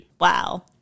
Wow